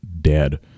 dead